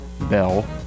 Bell